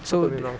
so the